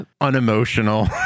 unemotional